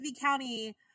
County